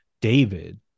david